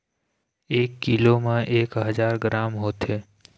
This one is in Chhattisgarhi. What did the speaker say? एक कीलो म एक हजार ग्राम होथे